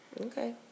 Okay